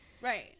Right